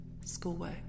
schoolwork